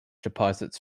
deposits